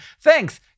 Thanks